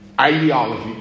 ideology